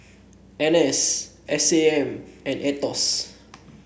N S S A M and Aetos